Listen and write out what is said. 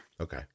Okay